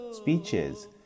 speeches